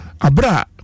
Abra